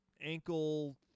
ankle